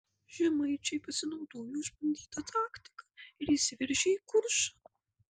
žemaičiai pasinaudojo išbandyta taktika ir įsiveržė į kuršą